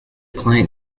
client